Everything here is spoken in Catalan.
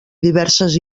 diverses